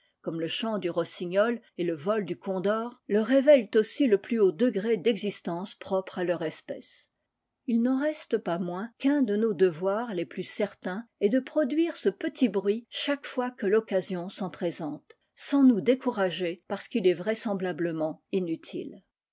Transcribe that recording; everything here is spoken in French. comme le chant du rossignol et le vol du condor leur révèlent aussi le plus haut degré d'existence propre à leur espèce il n'en reste pas moins qu'un de nos devoirs les plus certains est de produire ce petit bruit chaque fois que l'ocsation s'en présente sans nous décourager parce qu'il est vraisemblablement inutile